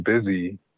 busy